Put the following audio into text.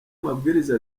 mabwiriza